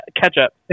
Ketchup